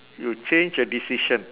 you change a decision